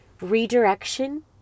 redirection